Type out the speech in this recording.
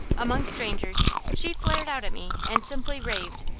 among strangers, she flared out at me, and simply raved.